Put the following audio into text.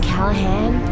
Callahan